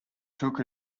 took